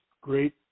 great